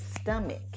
stomach